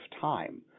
time